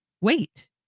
wait